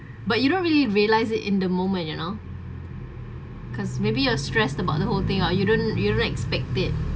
but you don't really realise it in the moment you know because maybe you're stressed about the whole thing or you don't you don't expect it